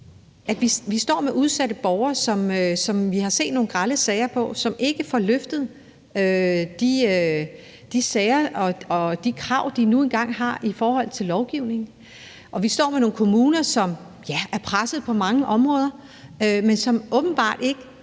vi står med udsatte borgere, og vi har set grelle eksempler på, at disse borgere ikke får løftet deres sager og de krav, de nu engang har i forhold til lovgivningen. Vi står med nogle kommuner, som er presset på mange områder, men som åbenbart ikke